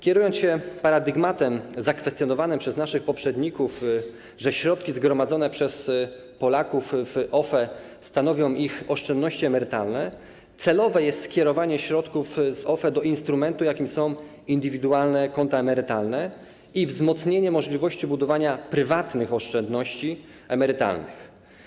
Kierując się paradygmatem zakwestionowanym przez naszych poprzedników, że środki zgromadzone przez Polaków w OFE stanowią ich oszczędności emerytalne, celowe jest skierowanie środków z OFE do instrumentu, jakim są indywidualne konta emerytalne, i wzmocnienie możliwości budowania prywatnych oszczędności emerytalnych.